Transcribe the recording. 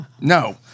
No